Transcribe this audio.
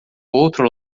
outro